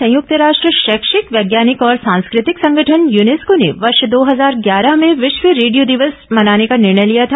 संयुक्त राष्ट्र शैक्षिक वैज्ञानिक और सांस्कृतिक संगठन यूनेस्को ने वर्ष दो हजार ग्यारह में विश्व रेडियो दिवस मनाने का निर्णय लिया था